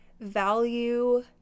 value